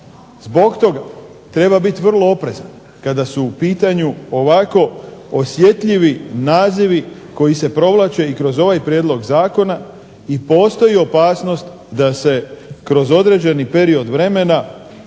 Zbog toga treba biti vrlo oprezan kada su u pitanju ovako osjetljivi nazivi koji se provlače i kroz ovaj prijedlog zakona i postoji opasnost da se kroz određeni period vremena